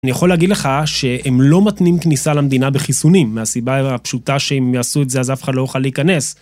אני יכול להגיד לך שהם לא מתנים כניסה למדינה בחיסונים, מהסיבה הפשוטה שאם יעשו את זה אז אף אחד לא יוכל להיכנס.